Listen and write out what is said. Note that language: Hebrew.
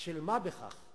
של מה בכך